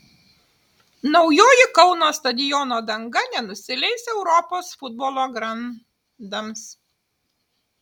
naujoji kauno stadiono danga nenusileis europos futbolo grandams